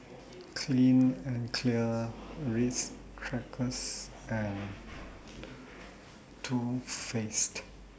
Clean and Clear Ritz Crackers and Too Faced